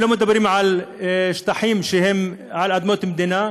ולא מדברים על שטחים שהם על אדמות מדינה,